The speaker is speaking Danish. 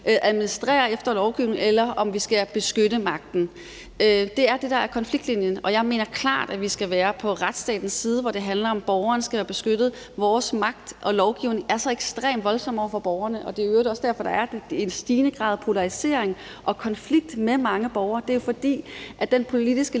administrerer efter lovgivningen, eller om vi skal beskytte magten. Det er det, der er konfliktlinjen, og jeg mener klart, at vi skal være på retsstatens side, hvor det handler om, at borgeren skal være beskyttet. Vores magt og lovgivning er så ekstremt voldsom over for borgerne, og det er i øvrigt også derfor, der er en stigende grad af polarisering og konflikt med mange borgere. Det er jo, fordi den politiske